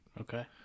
Okay